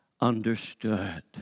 understood